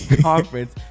Conference